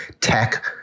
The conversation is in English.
tech